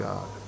God